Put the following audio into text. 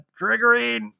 triggering